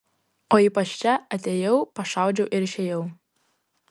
o ypač čia atėjau pašaudžiau ir išėjau